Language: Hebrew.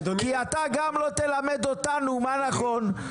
כי אתה גם לא תלמד אותנו מה נכון.